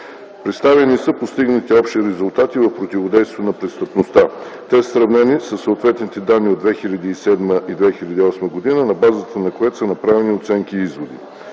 Представени са постигнатите общи резултати в противодействието на престъпността. Те са сравнени със съответните данни от 2007 и 2008 г., на базата на което са направени оценки и изводи.